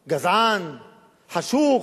גזען, חשוך,